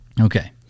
Okay